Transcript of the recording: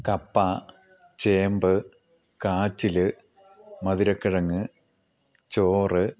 കപ്പ ചേമ്പ് കാച്ചിൽ മധുരക്കിഴങ്ങ് ചോറ്